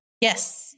Yes